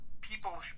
people